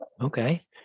Okay